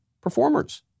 performers